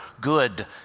good